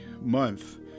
month